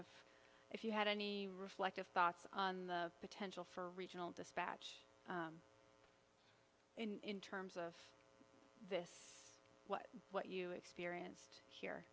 of if you had any reflective thoughts on the potential for regional dispatch in terms of this what what you experienced here